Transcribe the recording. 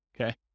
okay